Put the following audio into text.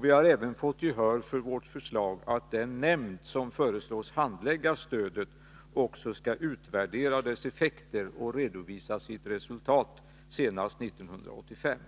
Vi har även fått gehör för vårt förslag att den nämnd som föreslås handlägga stödet också skall utvärdera dess effekter och redovisa sitt resultat senast 1985.